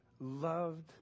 loved